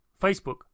Facebook